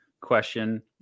question